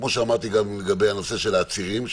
כמו שאמרתי גם לגבי הנושא של העצירים,